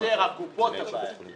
בקופות יש את הבעיה.